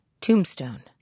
tombstone